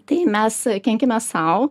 tai mes kenkiame sau